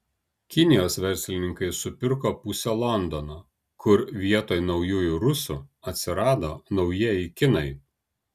kinijos verslininkai supirko pusę londono kur vietoj naujųjų rusų atsirado naujieji kinai